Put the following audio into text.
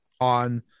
on